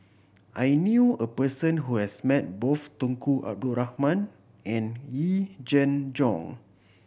I knew a person who has met both Tunku Abdul Rahman and Yee Jenn Jong